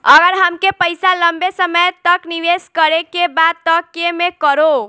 अगर हमके पईसा लंबे समय तक निवेश करेके बा त केमें करों?